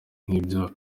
nk’ibyo